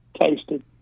tasted